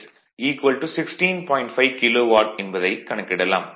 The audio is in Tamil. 5 கிலோ வாட் என்பதை கணக்கிடலாம்